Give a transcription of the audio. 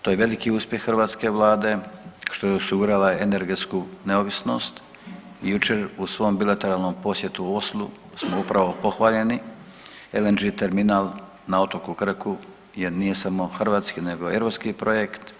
To je veliki uspjeh hrvatske vlade što je osigurala energetsku neovisnost i jučer svom bilateralnom posjetu u Oslu smo upravo pohvaljeni, LNG terminal na otoku Krku jer nije samo hrvatski nego europski projekt.